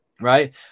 Right